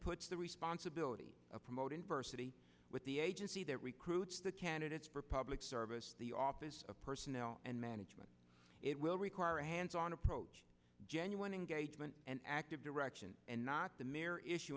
puts the responsibility of promoting versity with the agency that recruits the candidates for public service the office of personnel and management it will require a hands on approach genuine engagement and active direction and not the mere issu